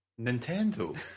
Nintendo